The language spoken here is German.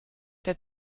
der